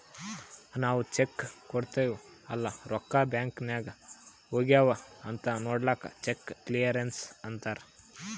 ನಾವ್ ಚೆಕ್ ಕೊಡ್ತಿವ್ ಅಲ್ಲಾ ರೊಕ್ಕಾ ಬ್ಯಾಂಕ್ ನಾಗ್ ಹೋಗ್ಯಾವ್ ಅಂತ್ ನೊಡ್ಲಕ್ ಚೆಕ್ ಕ್ಲಿಯರೆನ್ಸ್ ಅಂತ್ತಾರ್